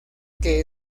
que